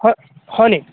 হয় হয়নি